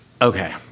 okay